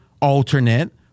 alternate